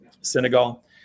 Senegal